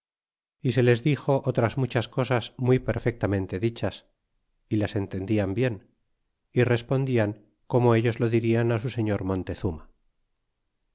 y se les dixo otras muchas cosas muy perfectamente dichas y las entendian bien y respondian como ellos lo dirian su señor montezuma